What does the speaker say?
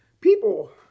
people